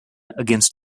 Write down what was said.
against